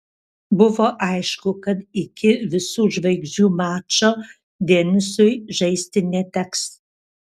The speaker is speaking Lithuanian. buvo aišku kad iki visų žvaigždžių mačo denisui žaisti neteks